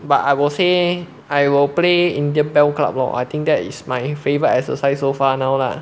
but I will say I will play indian bell club lor I think that is my favourite exercise so far now lah